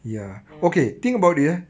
ya